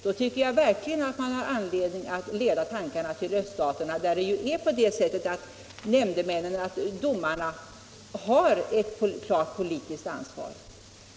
Då tycker jag verkligen man har anledning leda tankarna till öststaterna där domarna har ett klart politiskt ansvar.